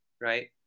right